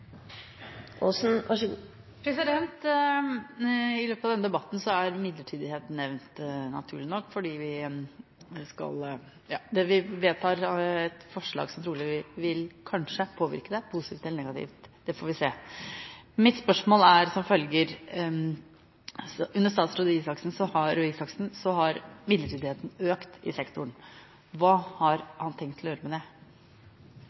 midlertidighet nevnt, naturlig nok, fordi vi vedtar et forslag som trolig, kanskje, vil påvirke det – positivt eller negativt, det får vi se. Mitt spørsmål er som følger: Under statsråd Røe Isaksen har midlertidigheten økt i sektoren. Hva har han tenkt å gjøre med det?